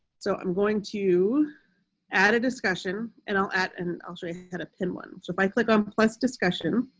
so i'm going to add a discussion and i'll add an alternate had a pin one. so if i click on plus discussion.